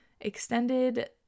extended